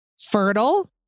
fertile